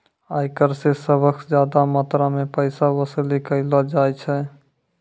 आयकर स सबस ज्यादा मात्रा म पैसा वसूली कयलो जाय छै